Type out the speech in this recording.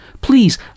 Please